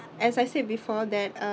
as I said before that uh